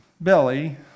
belly